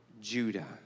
Judah